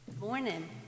morning